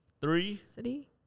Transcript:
three